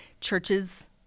churches